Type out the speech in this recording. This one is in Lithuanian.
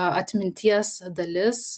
atminties dalis